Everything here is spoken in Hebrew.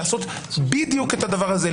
לעשות בדיוק את הדבר הזה,